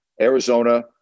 Arizona